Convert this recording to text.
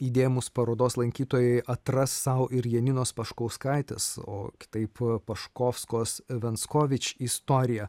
įdėmūs parodos lankytojai atras sau ir janinos paškauskaitės o taip paškovskos venskovič istoriją